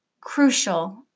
crucial